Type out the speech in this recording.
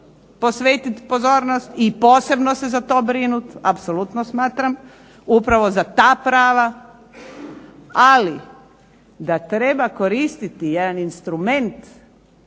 posvetiti pozornost i posebno se za to brinut, apsolutno smatram, upravo za ta prava, ali da treba koristiti jedan instrument